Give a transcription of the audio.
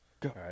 go